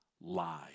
lie